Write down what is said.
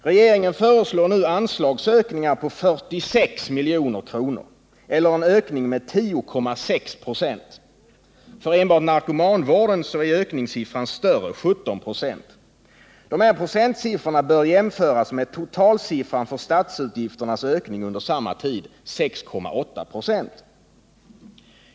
Regeringens föreslår nu anslagsökningar på 46 milj.kr., en ökning med 10,6 26. För enbart narkomanvården är ökningssiffran större: 17 96. De här procentsiffrorna bör jämföras med totalsiffran för statsutgifternas ökning under samma tid, 6,8 20.